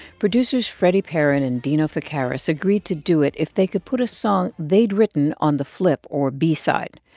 producers freddie perren and dino fekaris agreed to do it if they could put a song they'd written on the flip, or b-side.